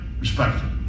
Respectful